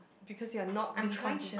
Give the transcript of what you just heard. because you are not being conscious